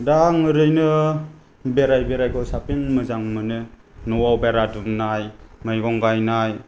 दा आं ओरैनो बेराय बेरायखौ साबसिन मोजां मोनो न'वाव बेरा दुमनाय मैगं गायनाय